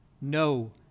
no